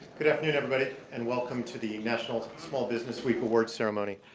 good afternoon, everybody and welcome to the national small business week awards ceremony.